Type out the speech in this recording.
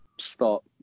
Stop